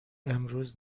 امروز